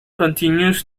continues